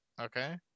okay